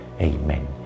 Amen